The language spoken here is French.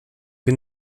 que